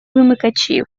вимикачів